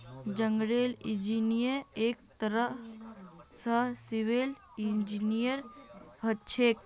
जंगलेर इंजीनियर एक तरह स सिविल इंजीनियर हछेक